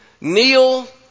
kneel